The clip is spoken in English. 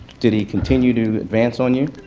did he continue to advance on you?